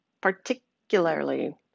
particularly